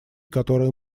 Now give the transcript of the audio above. которые